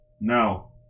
No